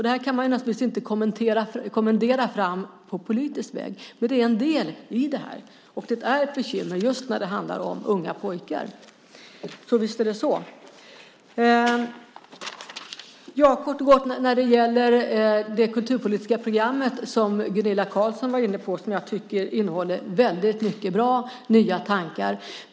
Detta kan vi naturligtvis inte kommendera fram på politisk väg, men det här är en del i problemet. Och det är ett bekymmer just när det handlar om unga pojkar. Visst är det så. Kort och gott tycker jag att det kulturpolitiska programmet, som Gunilla Carlsson var inne på, innehåller väldigt många bra och nya tankar.